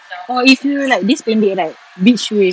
or if you like this pendek right beach wave